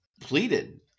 pleaded